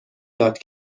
داد